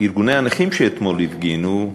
ארגוני הנכים שאתמול הפגינו,